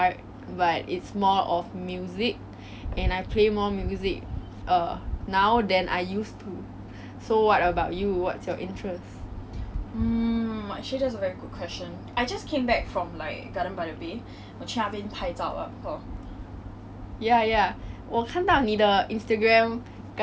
ya ya 我看到你的 Instagram 刚才我看到你拍了 a few photos that I really like and I think that's like a documentary kind of photo photo shooting right I kind of learnt that in err naf~ I kind of learn that in my art school